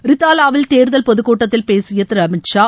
ரித்தாலாவில் தேர்தல் பொதுக்கூட்டத்தில் பேசிய திரு அமித்ஷா